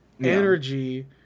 energy